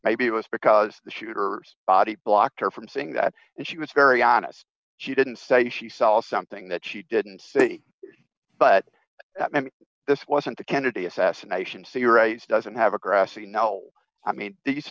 maybe it was because the shooter body blocked her from seeing that and she was very honest she didn't say she sells something that she didn't see but this wasn't the kennedy assassination so your rights doesn't have a grassy knoll i mean these